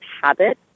habit